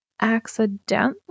accidentally